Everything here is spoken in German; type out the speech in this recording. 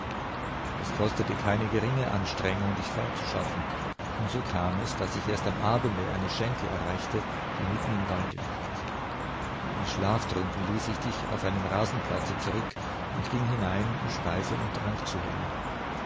es kostete keine geringe anstrengung dich fortzuschaffen und so kam es daß ich erst am abende eine schenke erreichte die mitten im walde liegt wie schlaftrunken ließ ich dich auf einem rasenplatze zurück und ging hinein um speise und trank zu holen